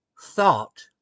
thought